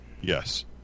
Yes